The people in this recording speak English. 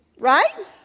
Right